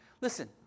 Listen